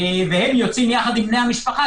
והם יוצאים יחד עם בני המשפחה,